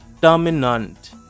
dominant